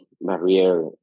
barrier